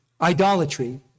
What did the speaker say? idolatry